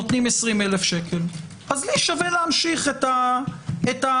נותנים 20,000 שקל אז לי שווה להמשיך את האפליה.